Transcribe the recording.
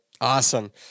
Awesome